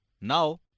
Now